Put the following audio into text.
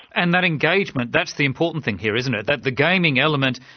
and that engagement, that's the important thing here, isn't it, that the gaming element,